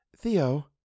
Theo